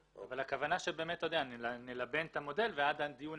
הכוונה שנלבן את המודל כך שעד הדיון